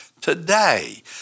today